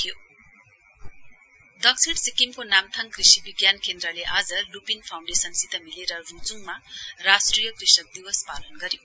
national farmers day दक्षिण सिक्किम नाम्थाङ कृषि विज्ञान केन्द्रले आज लुपिन फाउन्डेशनसित मिलेर रूचुङमा राष्ट्रिय कृषक दिवस पालन गर्यो